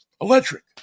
electric